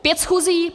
Pět schůzí?